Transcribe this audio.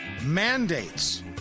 Mandates